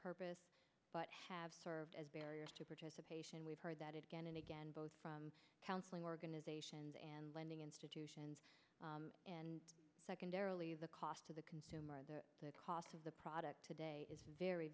purpose but have served as barriers to participation we've heard that again and again both from counseling organizations and lending institutions and secondarily the cost to the consumer the cost of the product today is very